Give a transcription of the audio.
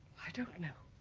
i don't know